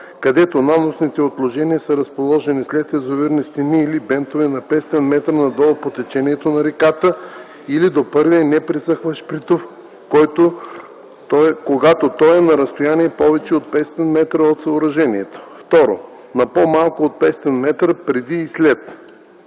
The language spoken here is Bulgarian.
където наносните отложения са разположени след язовирни стени или бентове на 500 м надолу по течението на реката или до първия непресъхващ приток, когато той е на разстояние повече от 500 м от съоръжението; 2. на по-малко от 500 м преди и след: